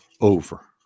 over